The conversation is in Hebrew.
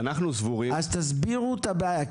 אז תסבירו את הבעיה.